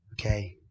Okay